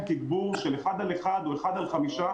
תגבור של אחד על אחד או אחד על חמישה.